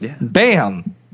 Bam